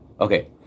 Okay